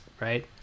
right